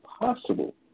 possible